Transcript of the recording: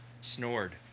snored